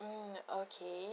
mm okay